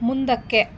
ಮುಂದಕ್ಕೆ